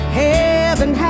heaven